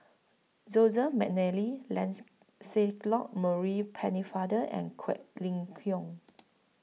Joseph Mcnally Lance Celot Maurice Pennefather and Quek Ling Kiong